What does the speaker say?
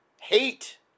hate